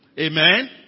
Amen